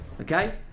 Okay